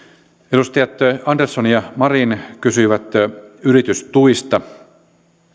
edustajat andersson ja marin kysyivät yritystuista